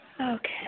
Okay